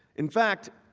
in fact,